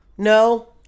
no